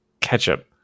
ketchup